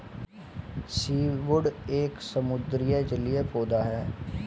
seaweed एक समुद्री जलीय पौधा है